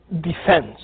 defense